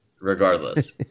Regardless